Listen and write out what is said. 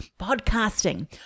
Podcasting